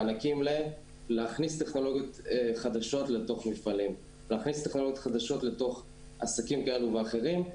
מענקים להכנסת טכנולוגיות חדשות לתוך מפעלים ולתוך עסקים כאלו ואחרים,